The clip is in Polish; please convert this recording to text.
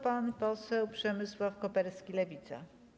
Pan poseł Przemysław Koperski, Lewica.